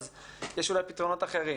אז יש אולי פתרונות אחרים.